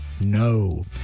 NO